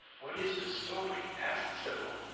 what is the story? asked sybil,